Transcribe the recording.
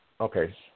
Okay